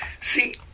See